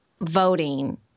voting